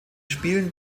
spielen